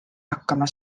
hakkama